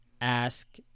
ask